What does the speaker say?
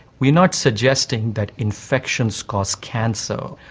we are not suggesting that infections cause cancer,